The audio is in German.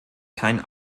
kein